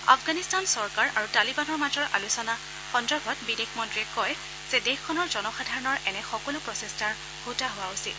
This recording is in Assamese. আফগানিস্তান চৰকাৰ আৰু তালিবানৰ মাজৰ আলোচনা সন্দৰ্ভত বিদেশ মন্ত্ৰীয়ে কয় যে দেশখনৰ জনসাধাৰণৰ এনে সকলো প্ৰচেষ্টাৰ হোতা হোৱা উচিত